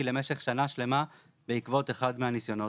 למשך שנה שלמה בעקבות אחד מהניסיונות.